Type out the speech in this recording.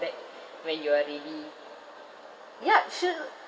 back when you are ready ya she